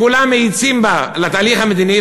כולם מאיצים בה ללכת לתהליך המדיני,